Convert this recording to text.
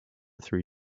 three